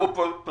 דיברו פה על